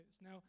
Now